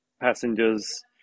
passengers